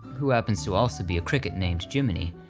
who happens to also be a cricket named jiminy,